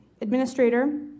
administrator